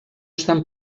estan